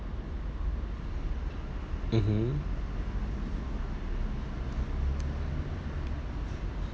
mmhmm